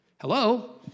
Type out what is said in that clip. Hello